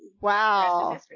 Wow